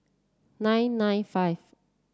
nine nine five